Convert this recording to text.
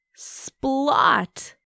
splot